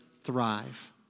thrive